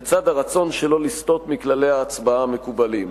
לצד הרצון שלא לסטות מכללי ההצבעה המקובלים.